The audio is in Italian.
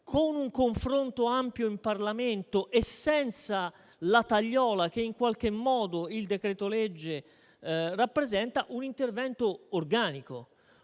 con un confronto ampio in Parlamento e senza la tagliola che in qualche modo il decreto-legge rappresenta, un intervento organico: